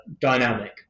dynamic